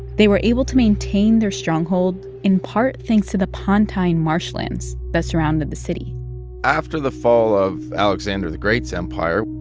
they were able to maintain their stronghold in part thanks to the pontine marshlands that surrounded the city after the fall of alexander the great's empire,